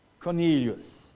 Cornelius